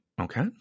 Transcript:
Okay